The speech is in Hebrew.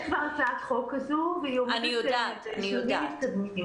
יש כבר הצעת חוק כזו, והיא בשלבים מתקדמים.